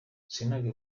selena